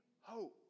hope